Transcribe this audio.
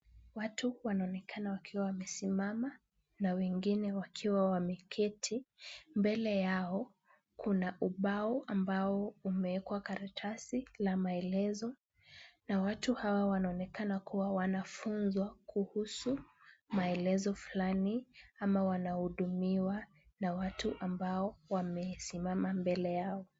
Watu wanaonekana wakiwa wamesimama na wengine wakiwa wameketi. Mbele yao kuna ubao ambao umeekwa karatasi la maelezo na watu hawa wanaonekana kuwa wanafunzwa kuhusu maelezo fulani ama wanahudumiwa na watu ambao wamesimama mbele yao.